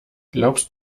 glaubst